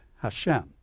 Hashem